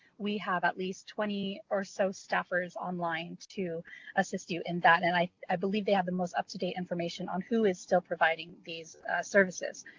we have at least twenty or so staffers online to assist you in that, and i i believe they have the most up to date information on who is still providing these services.